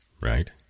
Right